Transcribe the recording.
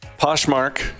Poshmark